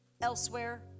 elsewhere